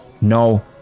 no